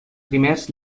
primers